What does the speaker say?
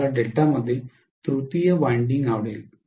मला डेल्टामध्ये तृतीय वायंडिंग आवडेल